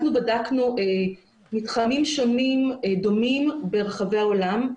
אנחנו בדקנו מתחמים שונים דומים ברחבי העולם.